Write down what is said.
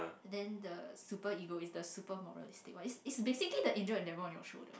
then the super ego is the super moralistic one is is basically the angel and devil on your shoulder